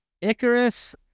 Icarus